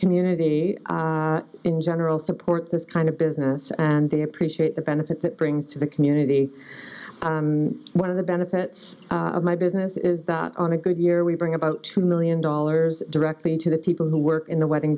community in general support this kind of business and they appreciate the benefits it brings to the community and one of the benefits of my business is that on a good year we bring about two million dollars directly to the people who work in the wedding